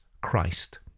Christ